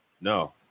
No